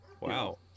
wow